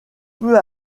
peut